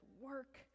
work